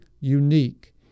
unique